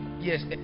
Yes